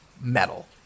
metal